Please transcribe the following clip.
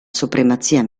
supremazia